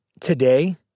today